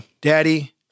Daddy